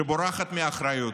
שבורחת מאחריות.